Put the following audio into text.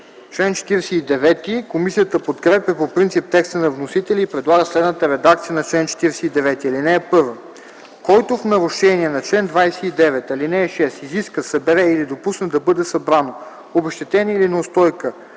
ДИМИТРОВ: Комисията подкрепя по принцип текста на вносителя и предлага следната редакция на чл. 49: „Чл. 49. (1) Който в нарушение на чл. 29, ал. 6 изиска, събере или допусне да бъде събрано обезщетение или неустойка